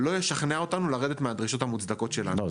לא ישכנע אותנו לרדת מהדרישות המוצדקות שלנו --- לא,